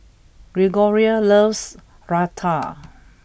Gregoria loves Raita